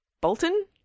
Bolton